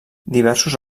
diversos